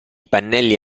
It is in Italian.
pannelli